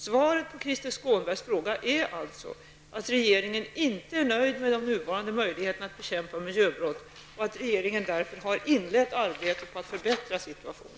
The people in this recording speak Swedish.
Svaret på Krister Skånbergs fråga är alltså att regeringen inte är nöjd med de nuvarande möjligheterna att bekämpa miljöbrott och att regeringen därför har inlett arbetet med att förbättra situationen.